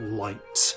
light